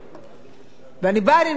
אני באה, אני מנסה לפתוח את זה.